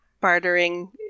bartering